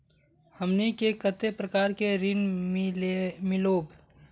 हमनी के कते प्रकार के ऋण मीलोब?